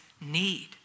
need